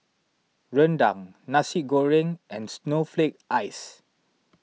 Rendang Nasi Goreng and Snowflake Ice